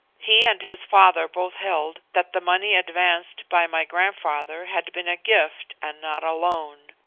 he and his father both held that the money advanced by my grandfather had been a gift and not a loan.